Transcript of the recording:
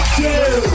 two